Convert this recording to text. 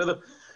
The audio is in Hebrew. כן, מילה אחרונה.